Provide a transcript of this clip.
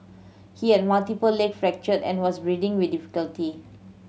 he had multiple leg fracture and was breathing with difficulty